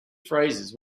phrases